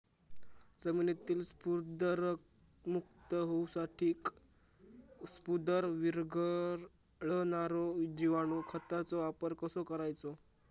जमिनीतील स्फुदरमुक्त होऊसाठीक स्फुदर वीरघळनारो जिवाणू खताचो वापर कसो करायचो?